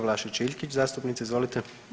Vlašić Iljkić zastupnice, izvolite.